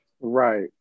Right